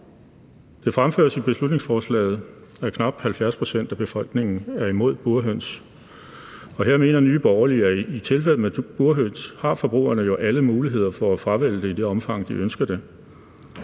Det fremføres i beslutningsforslaget, at knap 70 pct. af befolkningen er imod burhøns. Her mener Nye Borgerlige jo i tilfældet med burhøns, at forbrugerne har alle muligheder for at fravælge det i det omfang, de ønsker det,